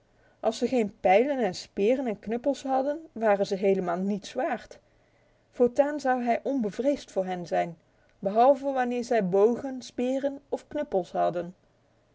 als ze geen pijlen en speren en knuppels hadden waren ze helemaal niets waard voortaan zou hij onbevreesd voor hen zijn behalve wanneer zij bogen speren of knuppels hadden